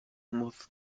muss